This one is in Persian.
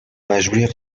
مجبوری